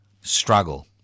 struggle